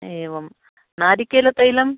एवं नारिकेलतैलम्